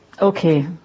okay